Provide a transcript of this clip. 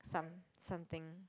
some something